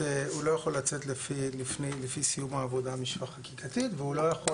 הוא לא יכול לצאת לפני סיום העבודה המשפטית והוא לא יכול